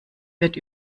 wird